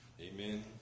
Amen